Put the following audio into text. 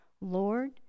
Lord